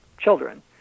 children